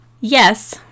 yes